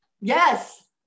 Yes